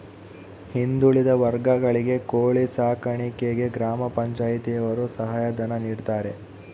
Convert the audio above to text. ಹಿಂದುಳಿದ ವರ್ಗಗಳಿಗೆ ಕೋಳಿ ಸಾಕಾಣಿಕೆಗೆ ಗ್ರಾಮ ಪಂಚಾಯ್ತಿ ಯವರು ಸಹಾಯ ಧನ ನೀಡ್ತಾರೆ